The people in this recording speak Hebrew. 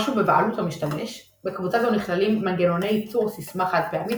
משהו בבעלות המשתמש – בקבוצה זו נכללים מנגנוני ייצור סיסמה חד-פעמית,